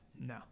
No